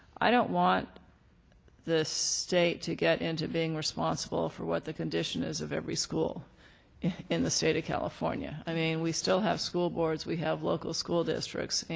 i don't want the state to get in to being responsible for what the condition is of every school in the state of california. i mean we still have school boards. we have local school districts